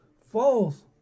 false